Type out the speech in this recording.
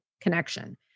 connection